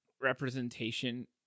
representation